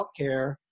healthcare